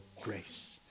grace